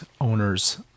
owners